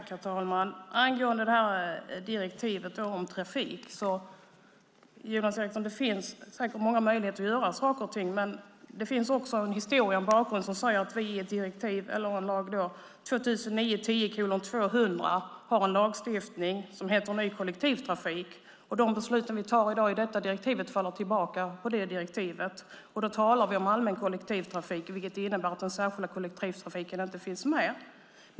Herr talman! Angående direktivet om trafik finns det säkert, Jonas Eriksson, många möjligheter att göra saker och ting. Men det finns också en historia, en bakgrund - EU-direktiv och proposition 2009/10:200 om en lagstiftning om ny kollektivtrafik. De beslut vi fattar i dag beträffande direktivet faller tillbaka på direktivet. Då talar vi om allmän kollektivtrafik, vilket innebär att den särskilda kollektivtrafiken inte finns med.